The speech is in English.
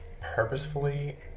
purposefully